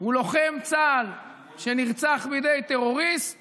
הוא לוחם צה"ל שנרצח בידי טרוריסט